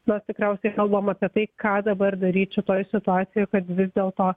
mes tikriausiai kalbam apie tai ką dabar daryt šitoj situacijoj kad vis dėlto